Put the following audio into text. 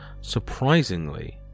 Surprisingly